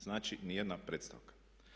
Znači, nijedna predstavka.